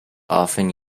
often